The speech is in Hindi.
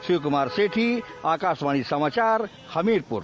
शिवकुमार सेठी आकाशवाणी समाचार हमीरपुर